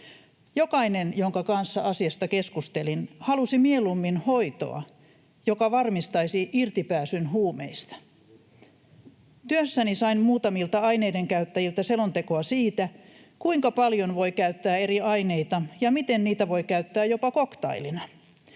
Jokainen, jonka kanssa asiasta keskustelin, halusi mieluummin hoitoa, joka varmistaisi irtipääsyn huumeista. [Jari Ronkainen: Juuri näin!] Työssäni sain muutamilta aineiden käyttäjiltä selontekoa siitä, kuinka paljon voi käyttää eri aineita ja miten niitä voi käyttää jopa cocktailina.